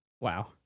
Wow